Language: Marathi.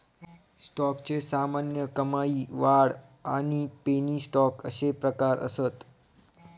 स्टॉकचे सामान्य, कमाई, वाढ आणि पेनी स्टॉक अशे प्रकार असत